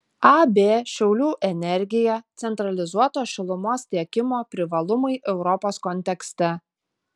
ab šiaulių energija centralizuoto šilumos tiekimo privalumai europos kontekste